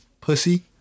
Pussy